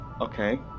Okay